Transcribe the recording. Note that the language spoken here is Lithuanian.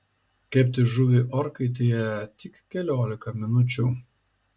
kepti žuvį orkaitėje tik keliolika minučių